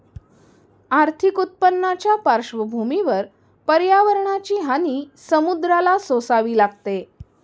आर्थिक उत्पन्नाच्या पार्श्वभूमीवर पर्यावरणाची हानी समुद्राला सोसावी लागते